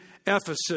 Ephesus